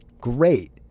great